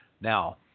Now